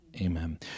Amen